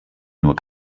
nur